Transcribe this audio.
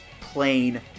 plain